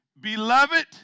Beloved